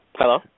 Hello